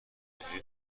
چجوری